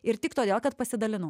ir tik todėl kad pasidalinau